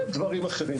בוודאי.